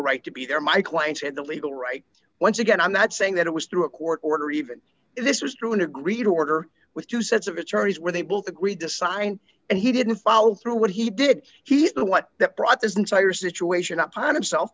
right to be there my client had the legal right once again i'm not saying that it was through a court order even if this was true and agreed order with two sets of attorneys where they both agreed to sign and he didn't follow through what he did he knew what that brought this entire situation upon himself